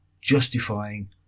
justifying